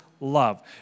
love